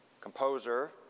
composer